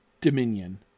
dominion